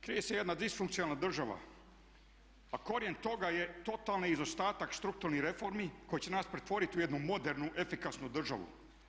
Krije se jedna disfunkcionalna država, a korijen toga je totalni izostanak strukturnih reformi koji će nas pretvoriti u jednu modernu efikasnu državu.